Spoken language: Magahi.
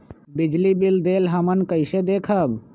बिजली बिल देल हमन कईसे देखब?